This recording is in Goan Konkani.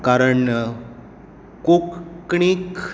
पण कोंकणीक